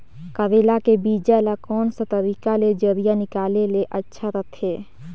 करेला के बीजा ला कोन सा तरीका ले जरिया निकाले ले अच्छा रथे?